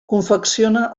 confecciona